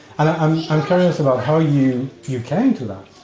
um i'm curious about how you you came to that.